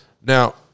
Now